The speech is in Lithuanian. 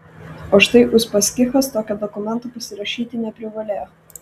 o štai uspaskichas tokio dokumento pasirašyti neprivalėjo